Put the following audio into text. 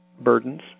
burdens